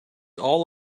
all